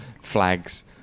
flags